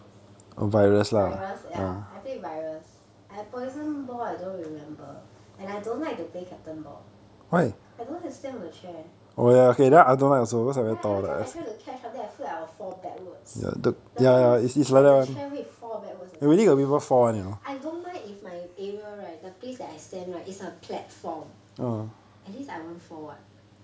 virus ya I play virus I poison ball I don't remember and I don't like to play captain ball I don't like to stand on the chair like every time I try to catch up then I feel like I will fall backwards last time just like the chair weight fall backwards the 感觉这样 I don't mind if my area right the place I stand right is a platform at least I won't fall [what]